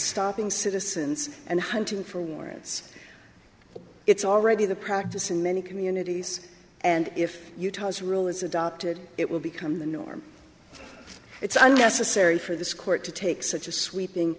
stopping citizens and hunting for warrants it's already the practice in many communities and if you toss rule is adopted it will become the norm it's unnecessary for this court to take such a sweeping